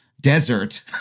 desert